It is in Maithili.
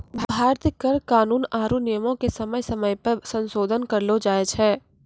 भारतीय कर कानून आरु नियमो के समय समय पे संसोधन करलो जाय छै